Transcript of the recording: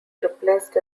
replaced